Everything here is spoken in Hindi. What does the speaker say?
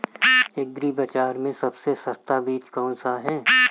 एग्री बाज़ार में सबसे सस्ता बीज कौनसा है?